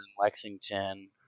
Lexington